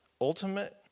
ultimate